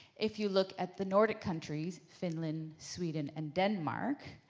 if you look at the nordic countries, finland, sweden and denmark,